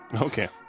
Okay